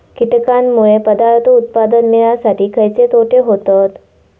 कीटकांनमुळे पदार्थ उत्पादन मिळासाठी खयचे तोटे होतत?